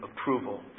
approval